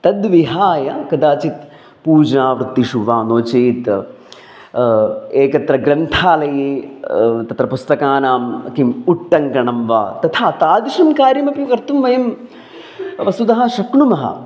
तद्विहाय कदाचित् पूजावृत्तिषु वा नो चेत् एकत्र ग्रन्थालये तत्र पुस्तकानां किम् उट्टङ्कणं वा तथा तादृशं कार्यमपि कर्तुं वयं वस्तुतः शक्नुमः